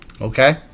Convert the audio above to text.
Okay